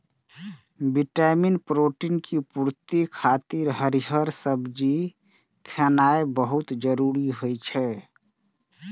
vitamin, protein के पूर्ति खातिर हरियर सब्जी खेनाय बहुत जरूरी होइ छै